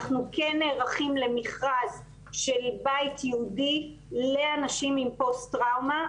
אנחנו כן נערכים למכרז של בית ייעודי לאנשים עם פוסט-טראומה.